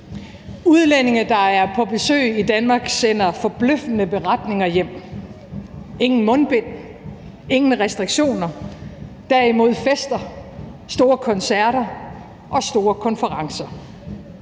Udlændinge, der er på besøg i Danmark, sender forbløffende beretninger hjem: ingen mundbind, ingen restriktioner, derimod fester, store koncerter og store konferencer.